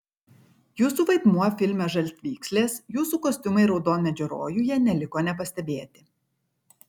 jūsų vaidmuo filme žaltvykslės jūsų kostiumai raudonmedžio rojuje neliko nepastebėti